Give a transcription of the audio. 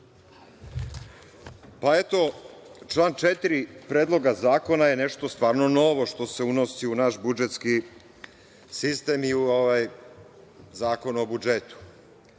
Krasić** Član 4. Predloga zakona je nešto stvarno novo što se unosi u naš budžetski sistem i u Zakon o budžetu.